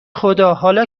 خدا، حالا